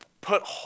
put